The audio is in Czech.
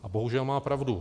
A bohužel má pravdu.